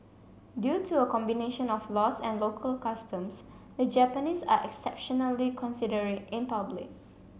due to a combination of laws and local customs the Japanese are exceptionally considerate in public